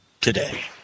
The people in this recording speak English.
today